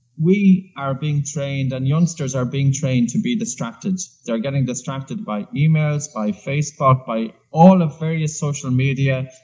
we are being trained, and youngsters are being trained to be distracted. they are getting distracted by emails, by facebook, by all the various social media.